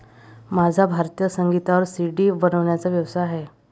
माझा भारतीय संगीतावर सी.डी बनवण्याचा व्यवसाय आहे